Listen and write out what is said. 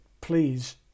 please